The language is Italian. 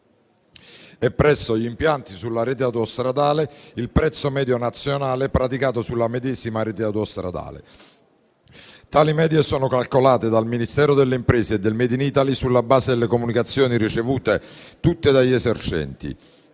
e, presso gli impianti sulla rete autostradale, il prezzo medio nazionale praticato sulla medesima rete autostradale. Tali medie sono calcolate dal Ministero delle imprese e del *made in Italy* (Mimit) sulla base delle comunicazioni ricevute dagli esercenti.